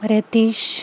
Ratheesh